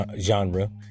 genre